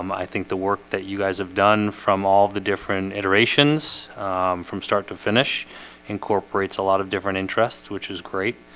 um i think the work that you guys have done from all the different iterations from start to finish incorporates a lot of different interests, which is great.